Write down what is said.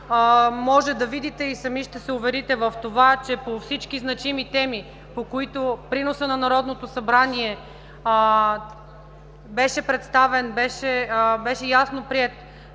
Може да видите и сами ще се уверите в това, че по всички значими теми, по които приносът на Народното събрание беше представен, беше ясно приет